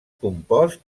compost